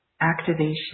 activation